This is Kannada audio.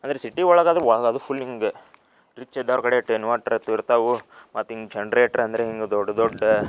ಆದರೆ ಸಿಟಿ ಒಳಗೆ ಒಳ್ಗಾದ್ರೆ ಫುಲ್ ಹಿಂಗೆ ರಿಚ್ ಇದ್ದೋರ ಕಡೆ ಇನ್ವರ್ಟರ್ ಅದು ಇರ್ತವೆ ಮತ್ತು ಹಿಂಗೆ ಜನ್ರೇಟರ್ ಅಂದರೆ ಹಿಂಗೆ ದೊಡ್ಡ ದೊಡ್ಡ